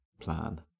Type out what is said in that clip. Plan